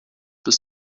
bis